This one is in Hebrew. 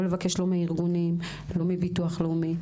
לא לבקש לא מארגונים, לא ביטוח לאומי.